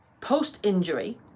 post-injury